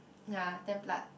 ya ten blood